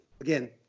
again